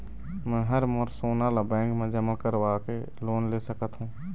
मैं हर मोर सोना ला बैंक म जमा करवाके लोन ले सकत हो?